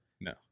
No